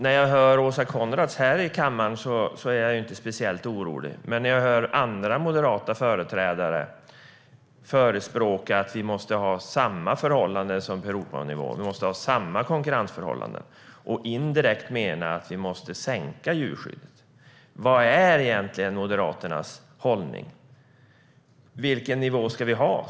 När jag hör Åsa Coenraads här i kammaren blir jag inte speciellt orolig, men däremot när jag hör andra moderata företrädare förespråka att vi måste ha samma konkurrensförhållanden som på Europanivå och indirekt menar att vi måste minska djurskyddet. Vad är egentligen Moderaternas hållning? Vilken nivå ska vi ha?